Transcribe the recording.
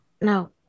No